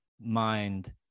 mind